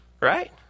Right